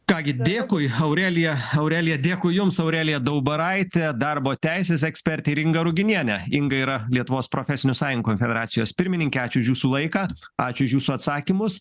ką gi dėkui aurelija aurelija dėkui jums aurelija daubaraitė darbo teisės ekspertė ir inga ruginienė inga yra lietuvos profesinių sąjungų konfederacijos pirmininkė ačiū už jūsų laiką ačiū už jūsų atsakymus